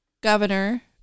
governor